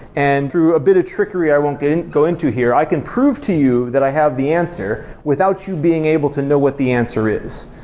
and through a bit of trickery, i won't go into here, i can prove to you that i have the answer without you being able to know what the answer is.